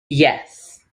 yes